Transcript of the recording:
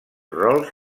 rols